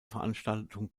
veranstaltung